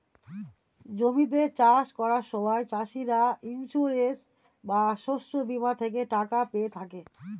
জমিতে চাষ করার সময় চাষিরা ইন্সিওরেন্স বা শস্য বীমা থেকে টাকা পেয়ে থাকে